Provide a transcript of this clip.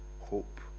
hope